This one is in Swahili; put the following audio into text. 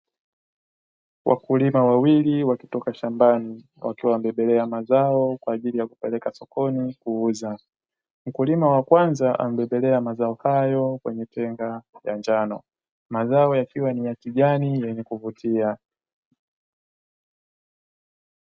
Wakulima wawili wakitoka shambani wakiwa wamebebela mazao kwa ajili ya kupeleka sokoni kuuza. Mkulima wa kwanza amebebelea mazao hayo kwenye tenga la njano, mazao yakiwa ni ya kijani yenye kuvutia.